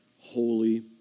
holy